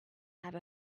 have